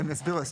הם יסבירו.